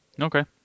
Okay